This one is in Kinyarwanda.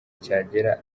kikagera